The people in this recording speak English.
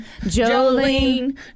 Jolene